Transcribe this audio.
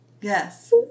Yes